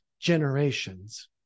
generations